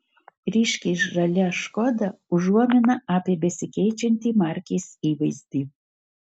ryškiai žalia škoda užuomina apie besikeičiantį markės įvaizdį